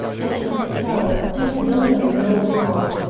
i cannot tell. i have done them no harm.